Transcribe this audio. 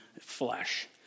flesh